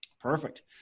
Perfect